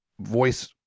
voice